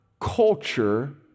culture